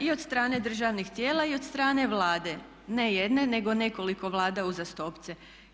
I od strane državnih tijela i od strane Vlade, ne jedne nego nekoliko Vlada uzastopce.